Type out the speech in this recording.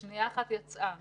יצאה